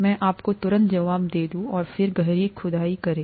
मैं आपको तुरंत जवाब दे दूं और फिर गहरी खुदाई करें